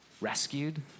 rescued